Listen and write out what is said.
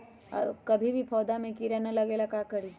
कभी भी पौधा में कीरा न लगे ये ला का करी?